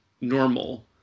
normal